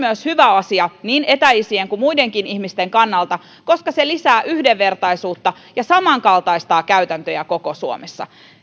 hyvä asia niin etäisien kuin muidenkin ihmisten kannalta koska se lisää yhdenvertaisuutta ja samankaltaistaa käytäntöjä koko suomessa